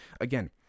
again